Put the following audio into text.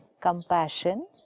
compassion